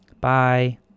Bye